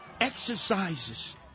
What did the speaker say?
exercises